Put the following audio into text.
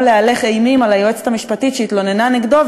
להלך אימים על היועצת המשפטית שהתלוננה נגדו,